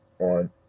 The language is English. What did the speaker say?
on